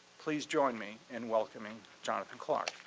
please join me in welcoming jonathan clark.